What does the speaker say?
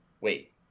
wait